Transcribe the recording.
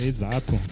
Exato